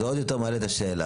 זה עוד יותר מעלה את השאלה.